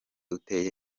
uteye